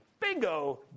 Bingo